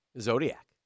zodiac